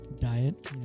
diet